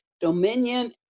dominion